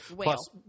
Plus